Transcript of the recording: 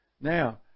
Now